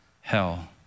hell